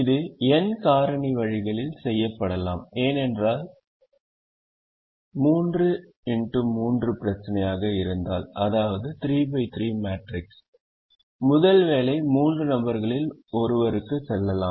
இது n காரணி வழிகளில் செய்யப்படலாம் ஏனென்றால் 3 x 3 பிரச்சனையாக இருந்தால் முதல் வேலை மூன்று நபர்களில் ஒருவருக்கு செல்லலாம்